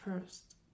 first